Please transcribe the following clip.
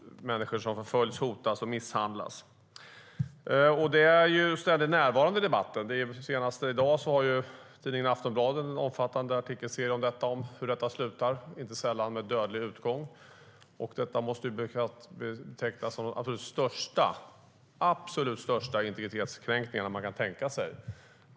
Människor förföljs, hotas och misshandlas. Det är också ständigt närvarande i debatten. Senast i dag har tidningen Aftonbladet en omfattande artikelserie om hur detta slutar, inte sällan med dödlig utgång. Och det måste betecknas som en av de absolut största integritetskränkningarna man kan tänka sig.